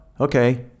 okay